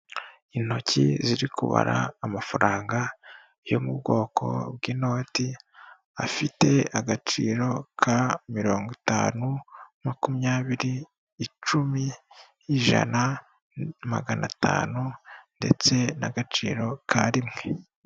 Intoki ziri kubara amafaranga yo mu bwoko bw'inoti afite agaciro ka mirongo itanu makumyabiri, icumi, ijana, magana atanu, ndetse n'agaciro ka rimwe.